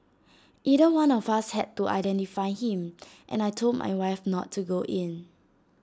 either one of us had to identify him and I Told my wife not to go in